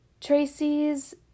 Tracy's